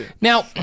Now